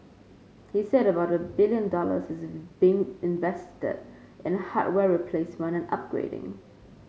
he said about a billion dollars is being invested in hardware replacement and upgrading